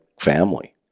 family